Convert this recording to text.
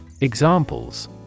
Examples